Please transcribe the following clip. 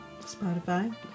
Spotify